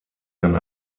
dann